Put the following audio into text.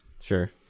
Sure